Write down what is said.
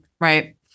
right